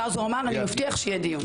ואז הוא אמר אני מבטיח שיהיה דיון.